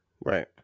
Right